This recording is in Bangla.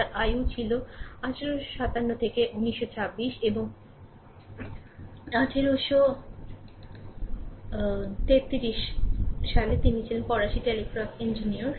তাঁর আয়ু ছিল 1857 থেকে 1926 এবং 1883 সালে তিনি ছিলেন ফরাসি টেলিগ্রাফ ইঞ্জিনিয়ার